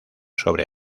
sobre